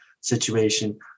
situation